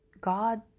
god